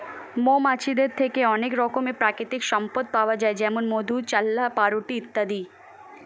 মৌমাছিদের থেকে অনেক রকমের প্রাকৃতিক সম্পদ পাওয়া যায় যেমন মধু, চাল্লাহ্ পাউরুটি ইত্যাদি